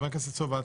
חבר הכנסת סובה,